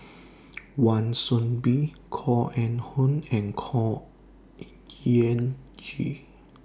Wan Soon Bee Koh Eng Hoon and Khor Ean Ghee